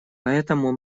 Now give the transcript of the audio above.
поэтому